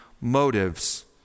motives